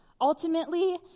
Ultimately